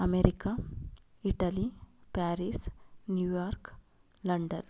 America Italy Paris New York London